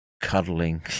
cuddling